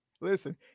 listen